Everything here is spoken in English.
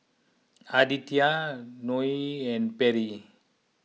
Aditya Noe and Perry